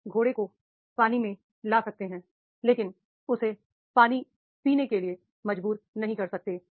आप घोड़े को पानी में ला सकते हैं लेकिन उसे पानी पीने के लिए मजबूर नहीं कर सकते